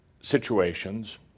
situations